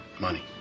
Money